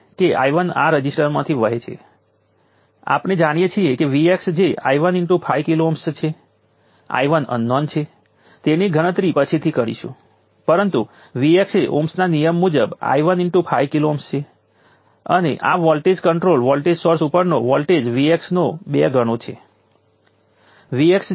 તેથી કેપેસિટર એનર્જીનો સંગ્રહ કરે છે જે રેઝિસ્ટરને ડીલીવર કરવામાં આવતી એનર્જીને વિખેરી નાખે છે પરંતુ 1 બાબત એ છે કે કેપેસિટરને આપવામાં આવતી ચોખ્ખી એનર્જી હંમેશા પોઝિટિવ હોય છે તમે ધારો છો કે કેપેસિટર 0 વોલ્ટથી શરૂ થાય છે અને તેમાં 0 એનર્જી હોય છે